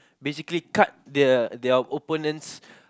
basically cut their their opponent's